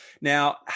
Now